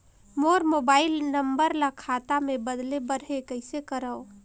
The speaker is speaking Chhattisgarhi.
मोर मोबाइल नंबर ल खाता मे बदले बर हे कइसे करव?